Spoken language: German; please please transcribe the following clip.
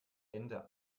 ende